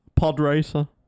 Podracer